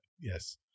yes